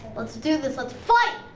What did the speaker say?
let's do this, let's fight!